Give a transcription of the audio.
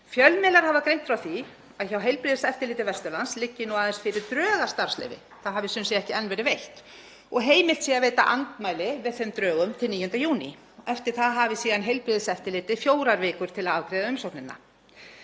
Fjölmiðlar hafa greint frá því að hjá heilbrigðiseftirliti Vesturlands liggi nú aðeins fyrir drög að starfsleyfi, það hafi sem sé ekki enn verið veitt, og heimilt sé að veita andmæli við þeim drögum til 9. júní. Eftir það hafi síðan heilbrigðiseftirlitið fjórar vikur til að afgreiða umsóknina.